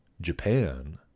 Japan